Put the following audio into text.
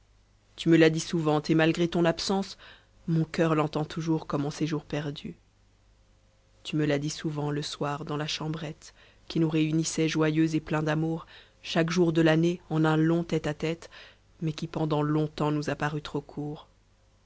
tu me l'as dit souvent et malgré ton absence mon coeur l'entend toujours comme en ces jours perdus tu me l'as dit souvent le soir dans la chambrétte qui nous réunissait joyeux et pleins d'amour chaque jour de l'année en un long tête-à-tête mais qui pendant longtemps nous a paru trop court